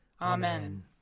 Amen